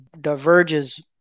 diverges